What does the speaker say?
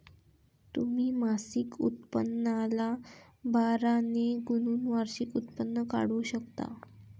तुम्ही मासिक उत्पन्नाला बारा ने गुणून वार्षिक उत्पन्न काढू शकता